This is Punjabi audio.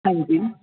ਹਾਂਜੀ